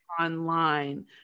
online